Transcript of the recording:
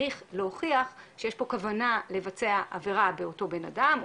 צריך להוכיח שיש פה כוונה לבצע עבירה באותו בנאדם,